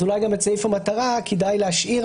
אז אולי גם את סעיף המטרה כדאי להשאיר,